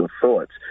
thoughts